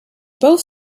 both